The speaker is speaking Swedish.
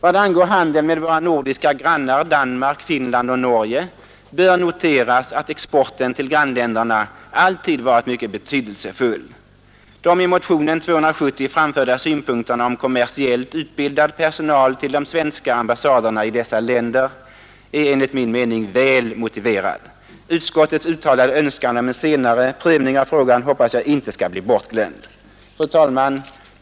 Vad angår handeln med våra nordiska grannar Danmark, Finland och Norge bör noteras, att exporten till grannländerna alltid varit mycket betydelsefull. De i motionen 270 framförda synpunkterna om kommersiellt utbildad personal till de svenska ambassaderna i dessa länder är enligt min mening väl motiverade. Utskottets uttalade önskan om en senare prövning av frågan hoppas jag inte skall bli bortglömd. Fru talman!